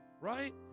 right